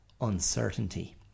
uncertainty